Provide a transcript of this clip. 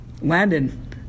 Landon